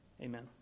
Amen